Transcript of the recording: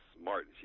smart